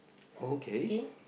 okay